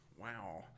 wow